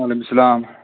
وعلیکُم سَلام